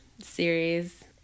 series